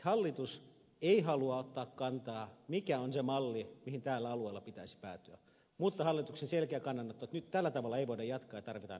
hallitus ei halua ottaa kantaa mikä on se malli mihin täällä alueella pitäisi päätyä mutta hallituksen selkeä kannanotto on että tällä tavalla ei voida jatkaa ja tarvitaan isoja muutoksia